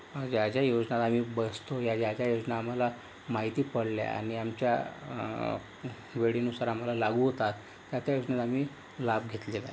ज्या ज्या योजनेला आम्ही बसतो या ज्या ज्या योजना आम्हाला माहिती पडल्या आणि आमच्या वेळेनुसार आम्हाला लागू होतात त्या त्या योजनेचा आम्ही लाभ घेतलेला आहे